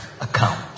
account